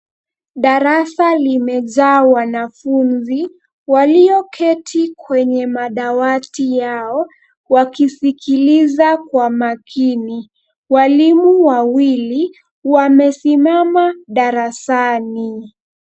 Darasa limejaa wanafunzi walioketi kwenye madawati yao wakisikiliza kwa makini. Walimu wawili wamesimama darasani.